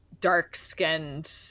dark-skinned